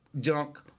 junk